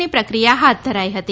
ની પ્રક્રિયા હાથ ધરાઇ હતી